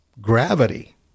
gravity